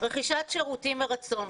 רכישת שירותים מרצון.